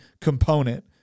component